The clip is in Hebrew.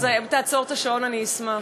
אז אם תעצור את השעון, אשמח.